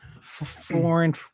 foreign